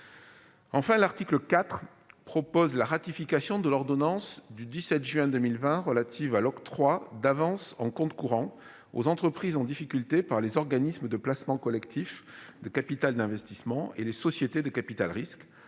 Enfin, l'article 4 prévoit la ratification de l'ordonnance du 17 juin 2020 relative à l'octroi d'avances en compte courant aux entreprises en difficulté par les organismes de placement collectif de capital investissement et les sociétés de capital-risque